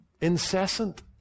incessant